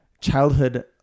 childhood